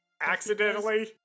Accidentally